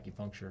acupuncture